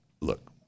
look